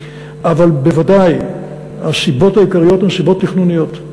אבל בוודאי העיקריות הן סיבות תכנוניות.